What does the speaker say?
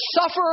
suffer